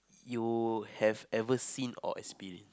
you have ever seen or experienced